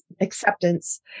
acceptance